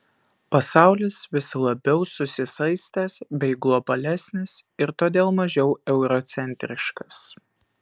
pasaulis vis labiau susisaistęs bei globalesnis ir todėl mažiau eurocentriškas